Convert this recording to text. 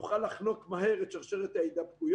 נוכל לחנוק מהר את שרשרת ההידבקויות.